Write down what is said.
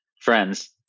friends